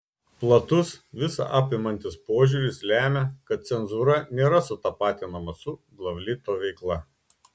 platus visa apimantis požiūris lemia kad cenzūra nėra sutapatinama su glavlito veikla